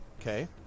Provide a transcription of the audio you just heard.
Okay